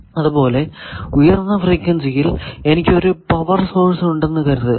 അതുപോലെ ഉയർന്ന ഫ്രീക്വൻസിയിൽ എനിക്ക് ഒരു പവർ സോഴ്സ് ഉണ്ട് എന്ന് കരുതുക